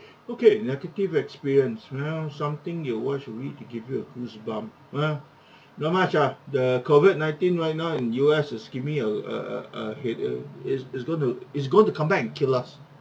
okay negative experience well something you once you read it give you a goosebump uh not much lah the COVID nineteen right now in U_S is give me a a a a head uh is going to come back and kill us